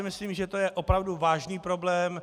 Myslím si, že to je opravdu vážný problém.